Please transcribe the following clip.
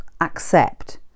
accept